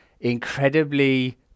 incredibly